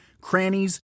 crannies